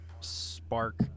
spark